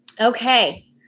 Okay